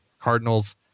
Cardinals